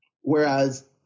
Whereas